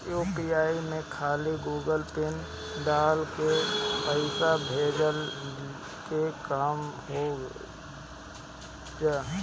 UPI में खाली Google PIN डाल के पईसा भेजला के काम हो होजा